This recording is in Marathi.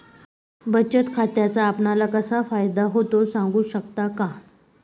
बचत खात्याचा आपणाला कसा फायदा होतो? सांगू शकता का?